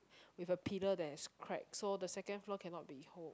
with a pillar that is crack so the second floor cannot be hold